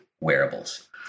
wearables